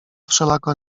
wszelako